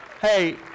Hey